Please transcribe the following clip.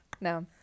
No